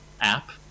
app